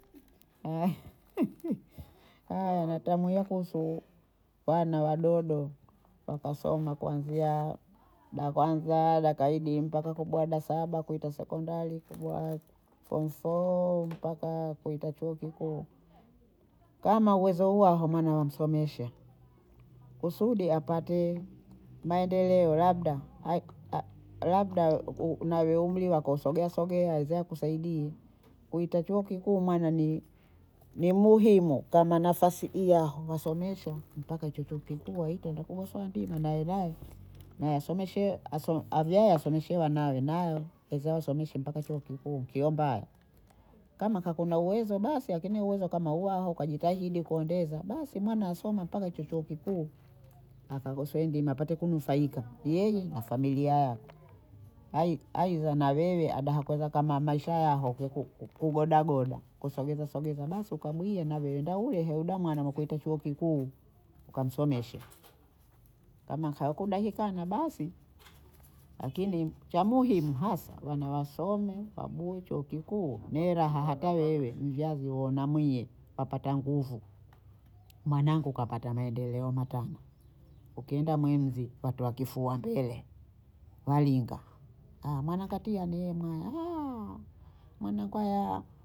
haya natamwiye kuhusu wanu wadodo wakasoma kuanzia dakwanza, dakaidi mpaka kubwa da saba, kuita sekondari, kujaaa fomu foo mpaka kuitta chou kikuu, kama uwezo huo hamwana wamsomesha, kusudi apate maendeleo labda a- a- labda u- nawe umri wako usogea sogea hiza kusaidii kuitakiwa kikuu mwana nii- ni muhimu kama nafasi ya wasomesha mpaka chuo cho kikuu waita watagosa ndima nawe ba nawasomeshe aso- avyae asomeshe wanaee naye keza awasomeshe mpaka chuo kikuu kio mbaya, kama kakuna uwezo basi akini kama uwezo uwaho ukajitahidi kuondeza basi mwana asoma mpaka chuo kikuu akagosowe ndima apate kunufaika yeye na familia yako ai- aidha na wewe hadaha kweza kama Maisha yaho kiku kugodagoda kusogezasogeza basi ukamwiya nawe enda ulehe heda mwana akaita chuo kikuu ukamsomeshe, kama haukudakikana basi akini cha muhimu hasa wana wasome wabuhe chuo kikuu, nebaha hata wewe mzazi waona mwenye wapata nguvu mwanangu kapata maendeleo matana, ukienda mwe mzi watoa kifua mbele, waringa, mwana katia nemwa mwanangu aya